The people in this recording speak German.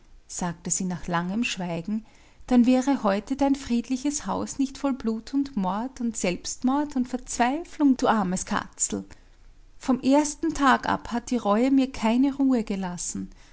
sagte sie nach langem schweigen dann wäre heute dein friedliches haus nicht voll blut und mord und selbstmord und verzweiflung du armes katzel vom ersten tag ab hat die reue mir keine ruhe gelassen